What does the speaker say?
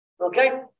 okay